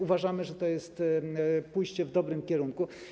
Uważamy, że to jest pójście w dobrym kierunku.